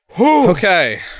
Okay